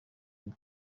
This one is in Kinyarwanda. ubu